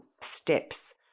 STEPS